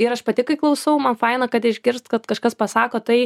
ir aš pati kai klausau man faina kad išgirst kad kažkas pasako tai